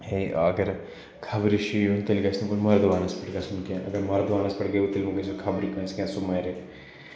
ہے اگر خبرٕ چھُ یُن تیٚلہِ گژھِ نہٕ کُنہِ مرگٕوانَس پیٚٹھ گژھُن کینٛہہ اگر مرگٕوانَس پیٚٹھ گٔیے تیٚلہِ مہٕ گٔژھِو خبرٕ کانٛسہ کینٛہہ سُہ مَرِ